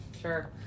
Sure